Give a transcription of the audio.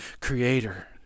creator